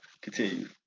continue